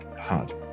hard